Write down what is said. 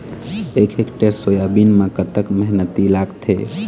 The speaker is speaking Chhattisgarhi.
एक हेक्टेयर सोयाबीन म कतक मेहनती लागथे?